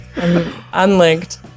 Unlinked